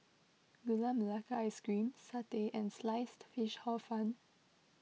Gula Melaka Ice Cream Satay and Sliced Fish Hor Fun